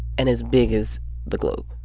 and as big as the globe